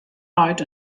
leit